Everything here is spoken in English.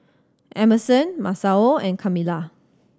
Emerson Masao and Kamilah